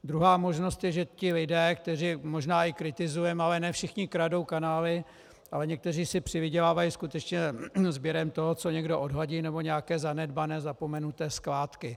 Druhá možnost je, že ti lidé možná je kritizujeme, ale ne všichni kradou kanály, ale někteří si přivydělávají skutečně sběrem toho, co někdo odhodí, nebo nějaké zanedbané, zapomenuté skládky.